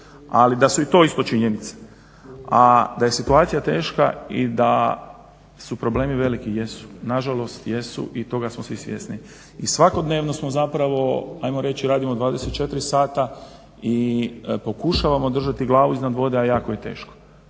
da su i to isto činjenice. A da je situacija teška i da su problemi veliki, jesu. Nažalost, jesu i toga smo svi svjesni. I svakodnevno smo zapravo ajmo reći radimo 24 sata i pokušavamo držati glavu iznad vode, a jako je teško.